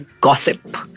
gossip